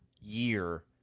year